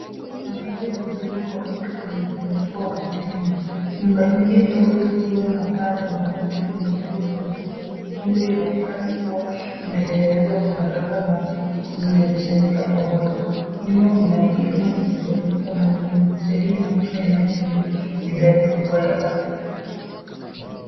Makaazi yaliyojengwa kwa wingi kwenye mteremko wa kilima nyumba nyingi ndogo zikiwa na paa za mabati zimejengwa karibu karibu, muundo inaonekana kuwa imetengenezwa kwa haraka na zimekusanyika pamoja. Nyuma kuna kilima kisichofunikwa na mimea sahihi inaonyesha eneo lenye idadi kubwa ya watu.